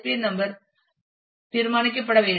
என் number தீர்மானிக்கப்பட வேண்டும்